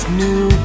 new